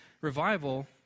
revival